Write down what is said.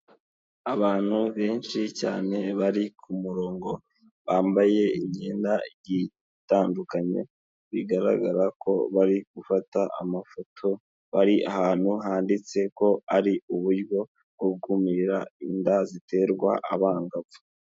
Abantu benshi cyane bari ku murongo, bambaye imyenda igiye itandukanye bigaragara ko bari gufata amafoto, bari ahantu handitse ko ari uburyo bwo gukumira inda ziterwa abangavu.